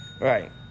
right